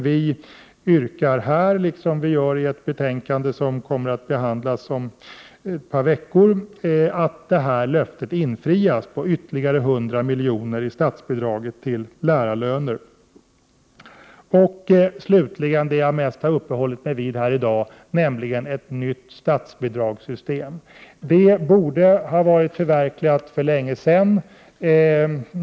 Vi yrkar här — liksom vi gör i ett betänkande som kommer att behandlas längre fram — att detta löfte om ytterligare 100 milj.kr. i statsbidrag till lärarlöner infrias. Den tredje och sista punkten avser det som jag tidigare här i dag mest har uppehållit mig vid, nämligen ett nytt statsbidragssystem. Detta borde ha förverkligats för länge sedan.